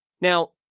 Now